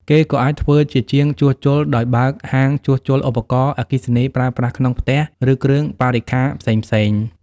គេក៏អាចធ្វើជាជាងជួសជុល ដោយបើកហាងជួសជុលឧបករណ៍អគ្គិសនីប្រើប្រាស់ក្នុងផ្ទះ ឬគ្រឿងបរិក្ខារផ្សេងៗ។